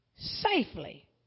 safely